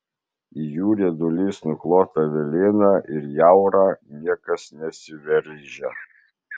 į jų rieduliais nuklotą velėną ir jaurą niekas nesiveržia